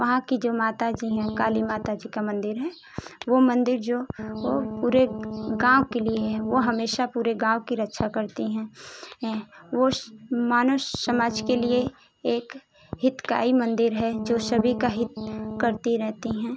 वहाँ की जो माता जी हैं काली माता जी का मंदिर है वो मंदिर जो वो पूरे गाँव के लिए है वो हमेशा पूरे गाँव की रक्षा करती हैं हें वो मानो समाज के लिए एक हितकारी मंदिर है जो सभी का हित करती रहती हैं